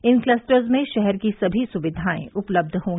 इन clusters में शहर की सभी सुविधाएं उपलब्ध होंगी